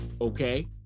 Okay